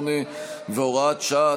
68 והוראת שעה),